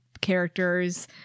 characters